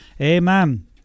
Amen